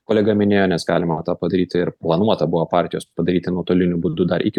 kolega minėjo nes galima tą padaryti ir planuota buvo partijos padaryti nuotoliniu būdu dar iki